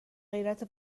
غیرت